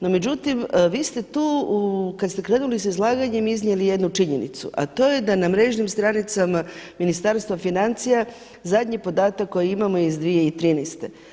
No međutim, vi ste tu kad ste krenuli sa izlaganjem iznijeli jednu činjenicu, a to je da na mrežnim stranicama Ministarstva financija zadnji podatak koji imamo je iz 2013.